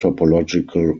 topological